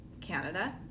Canada